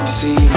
see